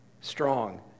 Strong